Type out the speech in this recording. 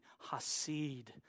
Hasid